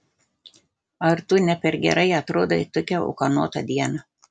ar tu ne per gerai atrodai tokią ūkanotą dieną